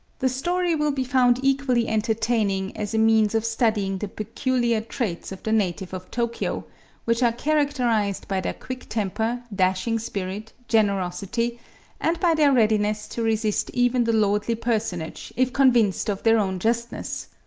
the story will be found equally entertaining as a means of studying the peculiar traits of the native of tokyo which are characterised by their quick temper, dashing spirit, generosity and by their readiness to resist even the lordly personage if convinced of their own justness,